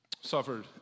suffered